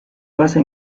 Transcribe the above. basa